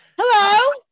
Hello